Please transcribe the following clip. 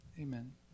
amen